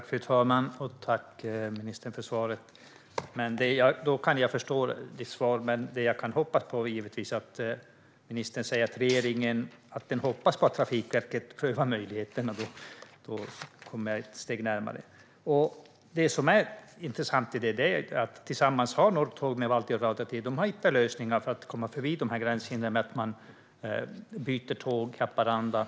Fru talman! Tack, ministern, för svaret! Då kan jag förstå ditt svar, men jag hoppas givetvis att ministern ska säga att regeringen hoppas att Trafikverket prövar möjligheten. Då kommer jag ett steg närmare. Det som är intressant i detta är att Norrtåg och Valtion Rautatiet tillsammans har hittat lösningar för att komma förbi gränshindren genom att man byter tåg i Haparanda.